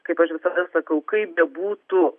kaip aš visada sakau kaip bebūtų